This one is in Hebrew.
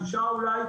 שישה אולי,